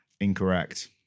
Incorrect